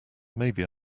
maybe